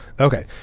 Okay